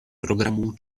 programů